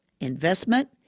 investment